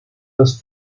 los